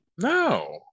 No